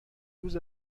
روز